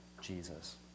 Jesus